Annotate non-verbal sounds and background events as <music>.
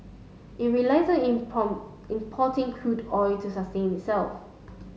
it relies in <unintelligible> importing crude oil to sustain itself